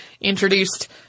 introduced